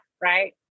right